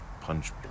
punch